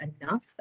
enough